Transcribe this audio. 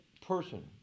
person